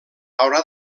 haurà